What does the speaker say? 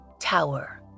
tower